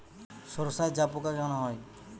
সর্ষায় জাবপোকা কেন হয়?